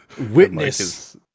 witness